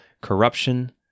corruption